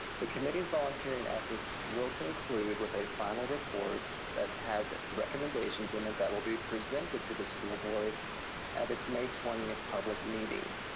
the committee's volunteering efforts will conclude with a final report that has recommendations in it that will be presented to the school board at its may twentieth public meeting.